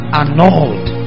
annulled